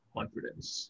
Confidence